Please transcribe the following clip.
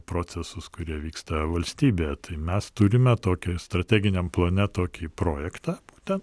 procesus kurie vyksta valstybėje tai mes turime tokią strateginiam plane tokį projektą